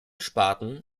sparten